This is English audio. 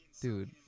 Dude